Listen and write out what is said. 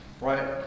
right